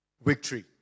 victory